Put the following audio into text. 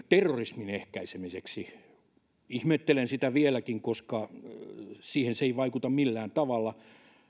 terrorismin ehkäisemiseksi ihmettelen sitä vieläkin koska siihen se ei vaikuta millään tavalla